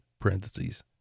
parentheses